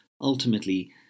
ultimately